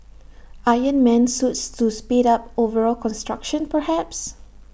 iron man suits to speed up overall construction perhaps